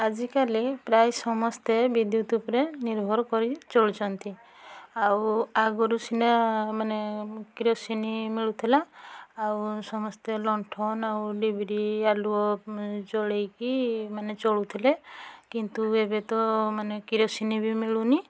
ଆଜିକାଲି ପ୍ରାୟେ ସମସ୍ତେ ବିଦ୍ୟୁତ୍ ଉପରେ ନିର୍ଭର କରି ଚଳୁଛନ୍ତି ଆଉ ଆଗରୁ ସିନା ମାନେ କିରୋସିନି ମିଳୁଥିଲା ଆଉ ସମସ୍ତେ ଲଣ୍ଠନ ଆଉ ଡିବିରି ଆଲୁଅ ଜଳାଇକି ମାନେ ଚଳୁଥିଲେ କିନ୍ତୁ ଏବେ ତ ମାନେ କିରୋସିନି ବି ମିଳୁନି